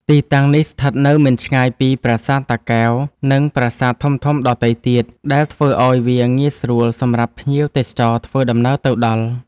ទីតាំងនេះស្ថិតនៅមិនឆ្ងាយពីប្រាសាទតាកែវ និងប្រាសាទធំៗដទៃទៀត ដែលធ្វើឱ្យវាងាយស្រួលសម្រាប់ភ្ញៀវទេសចរធ្វើដំណើរទៅដល់។